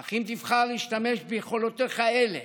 אך אם תבחר להשתמש ביכולותיך אלה